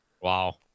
Wow